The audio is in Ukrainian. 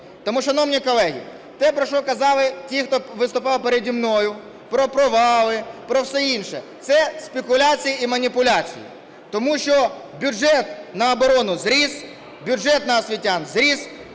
Тому, шановні колеги, те, про що казали ті, хто виступав переді мною, про провали, про все інше, це спекуляції і маніпуляції. Тому що бюджет на оборону зріс, бюджет на освітян зріс.